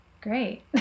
Great